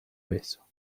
beso